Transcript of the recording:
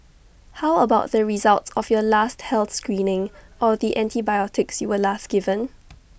how about the results of your last health screening or the antibiotics you were last given